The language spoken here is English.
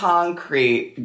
concrete